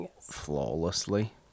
flawlessly